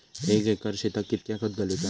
एक एकर शेताक कीतक्या खत घालूचा?